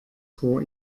vor